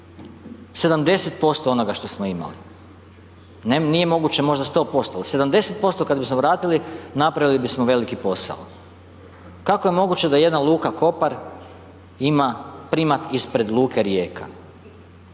70% onoga što smo imali, nije moguće možda 100%, ali 70% kad bismo vratili, napravili bismo veliki posao. Kako je moguće da je jedna Luka Kopar ima primat ispred Luke Rijeka?